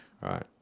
right